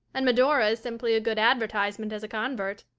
and medora is simply a good advertisement as a convert.